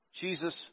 Jesus